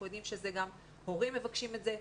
אנחנו יודעים שגם הורים מבקשים את זה,